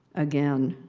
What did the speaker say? again.